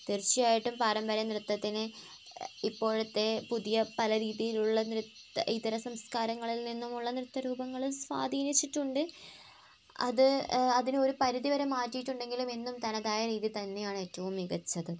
തീർച്ചയായിട്ടും പാരമ്പര്യനൃത്തത്തിനെ ഇപ്പോഴത്തെ പുതിയ പല രീതിയിലുള്ള ഇതര സംസ്കാരങ്ങളിൽ നിന്നുമുള്ള നൃത്തരൂപങ്ങളും സ്വാധീനിച്ചിട്ടുണ്ട് അത് അതിനെയൊരു പരിധിവരെ മാറ്റിയിട്ടുണ്ടെങ്കിലും എന്നും തനതായ രീതി തന്നെയാണ് ഏറ്റവും മികച്ചത്